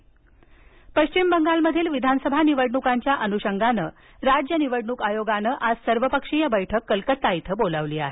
बैठक पश्चिम बंगालमधील विधानसभा निवडणुकांच्या अनुषंगानं राज्य निवडणूक आयोगानं आज सर्वपक्षीय बैठक बोलावली आहे